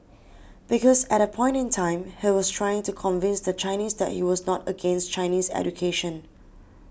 because at that point in time he was trying to convince the Chinese that he was not against Chinese education